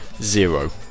zero